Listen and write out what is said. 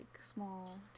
small